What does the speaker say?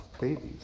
babies